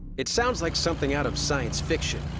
it sounds like something out of science fiction,